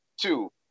two